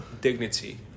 dignity